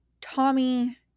Tommy